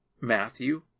Matthew